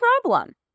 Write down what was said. problem